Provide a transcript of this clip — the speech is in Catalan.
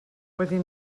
petit